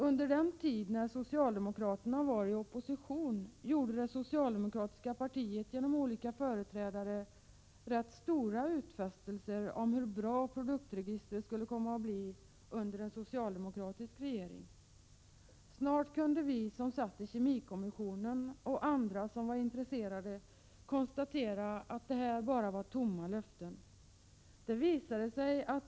Under den tid när socialdemokraterna var i opposition gjorde det socialdemokratiska partiet genom olika företrädare stora utfästelser och talade om hur bra produktregistret skulle komma att bli under en socialdemokratisk regering. Snart kunde vi som satt i kemikommissionen och andra intresserade konstatera att detta bara var tomma löften.